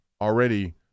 already